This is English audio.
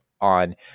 on